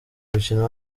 umukino